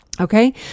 Okay